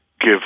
give